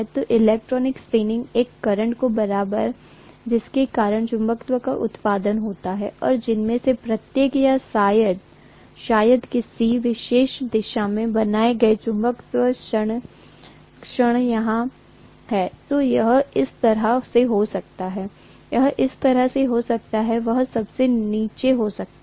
तो electron spinning एक current के बराबर है जिसके कारण चुंबकत्व का उत्पादन होता है और उनमें से प्रत्येक या शायद किसी विशेष दिशा में बनाए गए चुंबकीय क्षण यहां है तो यह इस तरह से हो सकता है यह इस तरह से हो सकता है वह सबसे नीचे हो सकता है